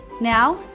Now